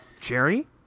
Jerry